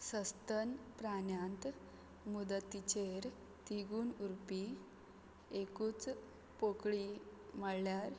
सस्तन प्राण्यांत मुदतीचेर तिगून उरपी एकूच पोकळी म्हळ्ळ्यार